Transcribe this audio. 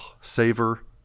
Savor